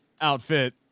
outfit